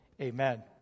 amen